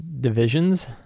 divisions